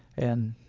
and,